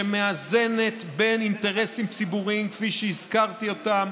שמאזנת בין אינטרסים ציבוריים כפי שהזכרתי אותם: